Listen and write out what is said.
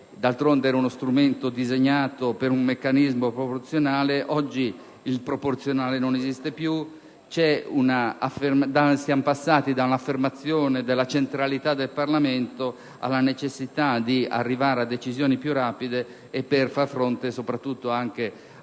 finanziaria era uno strumento disegnato per un meccanismo proporzionale, che oggi non esiste più: siamo passati da un'affermazione della centralità del Parlamento alla necessità di arrivare a decisioni più rapide per far fronte soprattutto alla maggiore